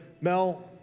Mel